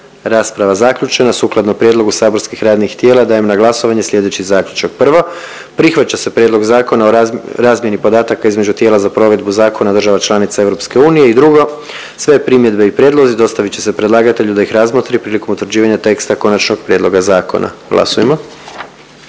rasprava je zaključena. Sukladno prijedlogu saborskih radnih tijela dajem na glasovanje slijedeći zaključak. Prvo, prihvaća se Prijedlog Zakona o izmjenama i dopunama Zakona o osiguranju i drugo, sve primjedbe i prijedlozi dostavit će se predlagatelju da ih razmotri prilikom utvrđivanja teksta konačnog prijedloga zakona. Glasujmo.